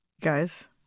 Guys